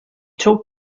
told